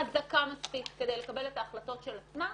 חזקה מספיק כדי לקבל את ההחלטות של עצמה,